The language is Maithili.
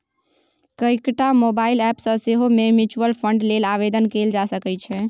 कएकटा मोबाइल एप सँ सेहो म्यूचुअल फंड लेल आवेदन कएल जा सकैत छै